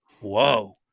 whoa